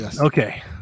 Okay